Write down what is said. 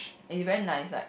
and he very nice like